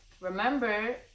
remember